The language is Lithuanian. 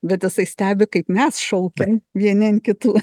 bet jisai stebi kaip mes šaukiam vieni ant kitų